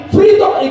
Freedom